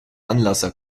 anlasser